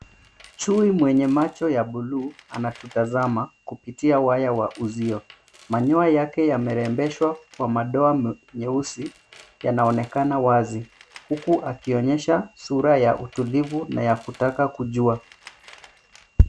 Chuo mwenye macho ya buluu anatutazama kupitia waya wa uzio ,manyoya yake yamerembeshwa kwa madoa nyeusi yanaonekana wazi huku akionyesha sura ya utulivu na kutaka kujua.